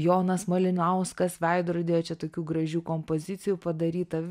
jonas malinauskas veidrodyje čia tokių gražių kompozicijų padaryta